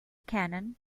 canon